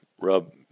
rub